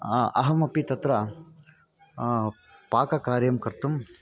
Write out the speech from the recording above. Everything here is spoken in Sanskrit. अहमपि तत्र पाककार्यं कर्तुं